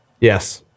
yes